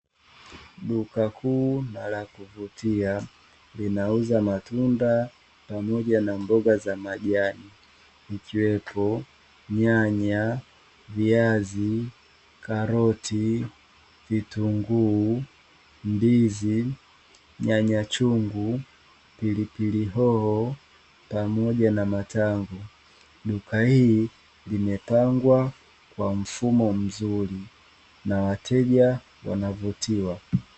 Duka kuu na lakuvutia linauza matunda pamoja na mboga za majani ikiwepo nyanya, viazi, karoti, vitunguu, ndizi, nyanya chungu, pilipili hoho pamoja na matango. Duka hili limepangwa kwa mfumo mzuri na wateja wanavutiwa.